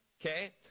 okay